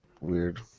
weird